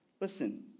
Listen